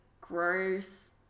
gross